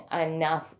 enough